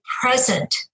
present